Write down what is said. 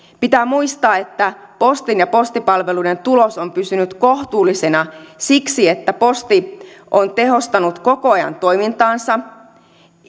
pitää muistaa että postin postipalveluiden tulos on pysynyt kohtuullisena siksi että posti on tehostanut koko ajan toimintaansa